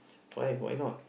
why why not